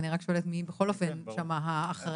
אני רק שואלת מי בכל אופן שם האחראי.